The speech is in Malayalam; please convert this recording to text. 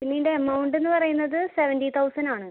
പിന്നെ ഇതിൻ്റെ എമൗണ്ടുന്ന് പറയുന്നത് സെവെൻറ്റി തൗസന്റാണ്